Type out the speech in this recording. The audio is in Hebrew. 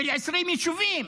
של 20 יישובים.